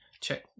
check